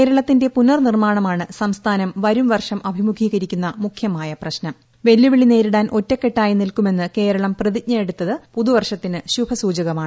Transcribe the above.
കേരളത്തിന്റെ പുനർ നിർമ്മാണമാണ് സംസ്ഥാനം വരും വർഷം അഭിമുഖീകരിക്കുന്ന മുഖ്യമായ പ്രശ്നം വെല്ലുവിളി നേരിടാൻ ഒറ്റക്കെട്ടായി നിൽക്കുമെന്ന് കേരളം പ്രതിജ്ഞ എടുത്ത് പുതുവർഷത്തിന് ശുഭ സൂചകമാണ്